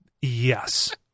Yes